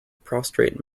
prostrate